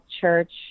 church